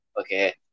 Okay